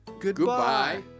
Goodbye